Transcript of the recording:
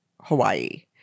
Hawaii